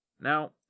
Now